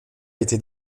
été